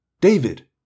David